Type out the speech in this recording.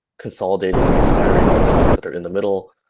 consolidating and expiring the deltas that are in the middle,